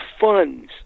funds